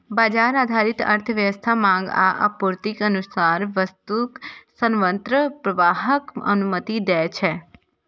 बाजार आधारित अर्थव्यवस्था मांग आ आपूर्तिक अनुसार वस्तुक स्वतंत्र प्रवाहक अनुमति दै छै